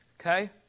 Okay